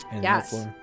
Yes